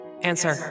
Answer